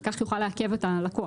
וכך יוכל לעכב את הלקוח.